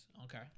Okay